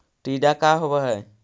टीडा का होव हैं?